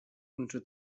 unter